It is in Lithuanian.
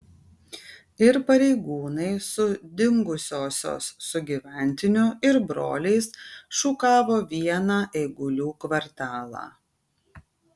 ir pareigūnai su dingusiosios sugyventiniu ir broliais šukavo vieną eigulių kvartalą